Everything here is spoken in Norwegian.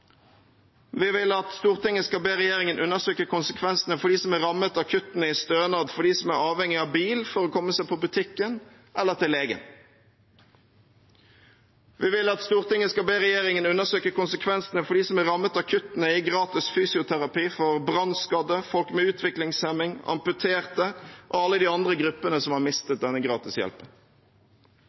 Vi vil at Stortinget skal be regjeringen undersøke konsekvensene for dem som er rammet av kuttene i stønad for dem som er avhengig av bil for å komme seg på butikken eller til legen. Vi vil at Stortinget skal be regjeringen undersøke konsekvensene for dem som er rammet av kuttene i gratis fysioterapi for brannskadde, folk med utviklingshemning, amputerte og alle de andre gruppene som har mistet denne gratis hjelpen.